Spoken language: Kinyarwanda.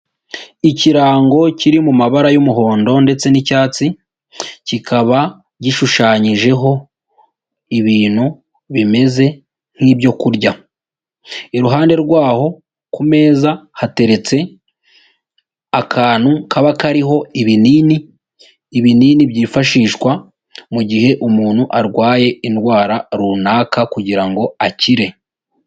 Ikirango kiri mu mabara y'umuhondo ndetse n'icyatsi, kikaba gishushanyijeho ibintu bimeze nk'ibyo kurya, iruhande rwaho ku meza hateretse akantu kaba kariho ibinini. Ibinini byifashishwa mu gihe umuntu arwaye indwara runaka kugira ngo akire.